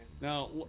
Now